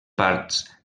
parts